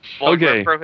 okay